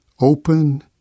open